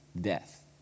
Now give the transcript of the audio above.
Death